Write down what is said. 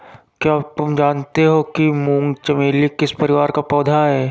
क्या तुम जानते हो कि मूंगा चमेली किस परिवार का पौधा है?